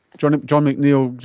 john john mcneil,